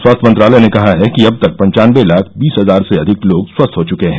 स्वास्थ्य मंत्रालय ने कहा है कि अब तक पंचानवे लाख बीस हजार से अधिक लोग स्वस्थ हो चुके हैं